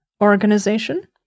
organization